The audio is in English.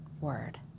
word